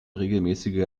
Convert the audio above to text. regelmäßige